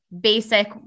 basic